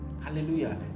hallelujah